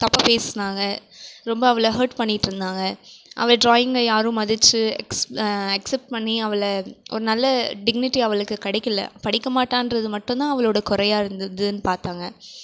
தப்பாக பேசினாங்க ரொம்ப அவளை ஹேர்ட் பண்ணிட்டிருந்தாங்க அவள் டிராயிங்கை யாரும் மதித்து எக்ஸ் அக்சப்ட் பண்ணி அவளை ஒரு நல்ல டிக்னிட்டி அவளுக்கு கிடைக்கல படிக்கமாட்டாளென்றது மட்டுந்தான் அவளோடய குறையா இருந்ததுன்னு பார்த்தாங்க